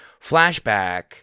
Flashback